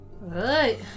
Right